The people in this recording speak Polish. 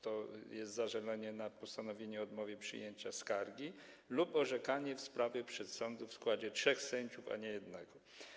To jest zażalenie na postanowienie odmowy przyjęcia skargi lub orzekanie w sprawie przedsądu w składzie trzech sędziów, a nie jednego.